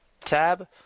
Tab